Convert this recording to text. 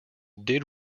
did